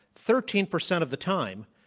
thirteen percent of the time,